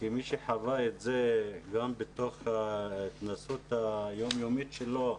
כמי שחווה את זה גם בתוך ההתנסות היום יומית שלו,